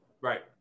Right